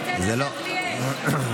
אש.